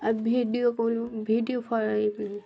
আর video call video ফ